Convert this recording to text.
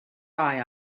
eye